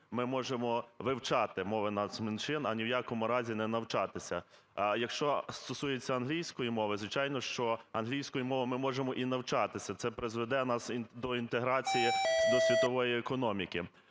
ми можемо вивчати мови нацменшин, а ні в якому разі не навчатися. А якщо стосується англійської мови, звичайно, що англійською мовою ми можемо і навчатися, це призведе нас до інтеграції до світової економіки.